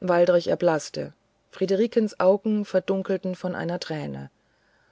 waldrich erblaßte friederikens augen verdunkelten von einer träne